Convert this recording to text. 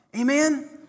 Amen